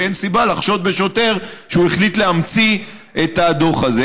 שאין סיבה לחשוד בשוטר שהוא החליט להמציא את הדוח הזה.